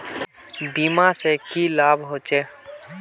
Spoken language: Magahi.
बीमा से की लाभ होचे?